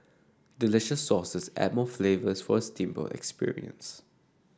delicious sauces add more flavours for steamboat experience